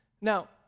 Now